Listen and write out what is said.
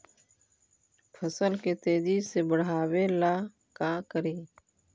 फसल के तेजी से बढ़ाबे ला का करि?